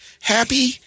Happy